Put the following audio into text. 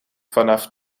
vanaf